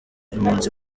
impunzi